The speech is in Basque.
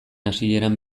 hasieran